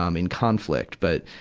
um in conflict. but,